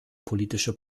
politische